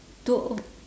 two O